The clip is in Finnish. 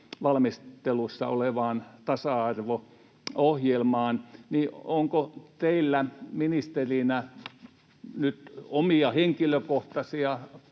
valmistelussa olevaan tasa-arvo-ohjelmaan. Onko teillä ministerinä nyt omia henkilökohtaisia